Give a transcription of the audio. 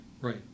right